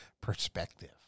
perspective